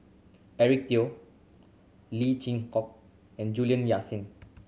Eric Teo Lee Chin Koon and Juliana Yasin